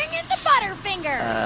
in the butterfingers